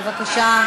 בבקשה.